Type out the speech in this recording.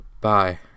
Bye